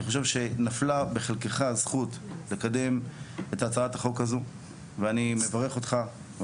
אני חושב שנפלה בחלקך הזכות לקדם את הצעת החוק הזו ואני מברך אותך.